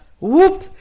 whoop